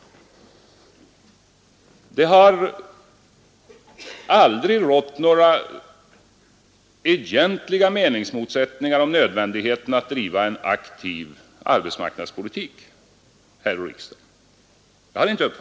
Det har här i riksdagen aldrig rått några egentliga meningsmotsättningar om nödvändigheten av att driva en aktiv arbetsmarknadspolitik. I varje fall har inte jag uppfattat det så.